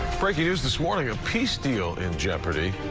breaking news this morning. a peace deal in jeopardy.